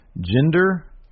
gender